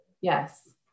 Yes